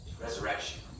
resurrection